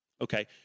Okay